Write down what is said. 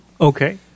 Okay